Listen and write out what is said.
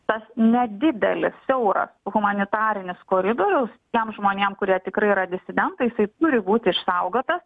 tas nedidelis siauras humanitarinis koridorius tiem žmonėm kurie tikrai yra disidentai jisai turi būti išsaugotas